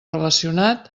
relacionat